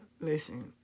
Listen